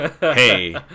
Hey